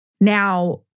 Now